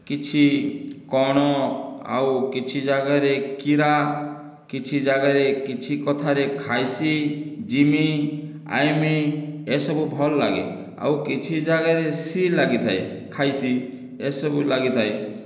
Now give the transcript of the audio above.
କିଛି କ'ଣ ଆଉ କିଛି ଜାଗାରେ କିରା କିଛି ଜାଗାରେ କିଛି କଥାରେ ଖାଇସି ଜିମି ଆଇମି ଏସବୁ ଭଲ ଲାଗେ ଆଉ କିଛି ଜାଗାରେ ସି ଲାଗିଥାଏ ଖାଇସି ଏସବୁ ଲାଗିଥାଏ